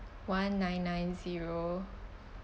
one nine nine zero